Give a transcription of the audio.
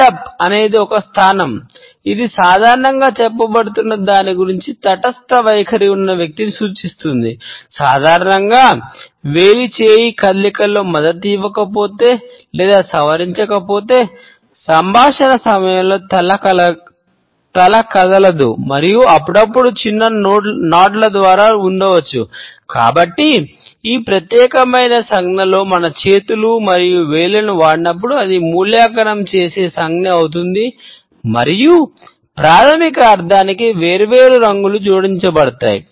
head up చేసే సంజ్ఞ అవుతుంది మరియు ప్రాథమిక అర్ధానికి వేర్వేరు రంగులు జోడించబడతాయి